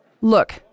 Look